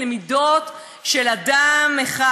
למידות של אדם אחד,